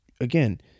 again